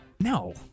No